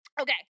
Okay